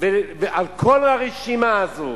על כל הרשימה הזאת.